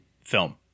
film